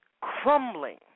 crumbling